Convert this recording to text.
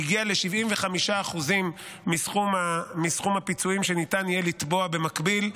והגיע ל-75% מסכום הפיצויים שניתן יהיה לתבוע במקביל.